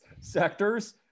Sectors